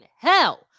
hell